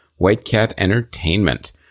whitecatentertainment